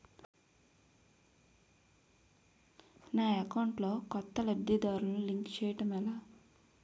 నా అకౌంట్ లో కొత్త లబ్ధిదారులను లింక్ చేయటం ఎలా?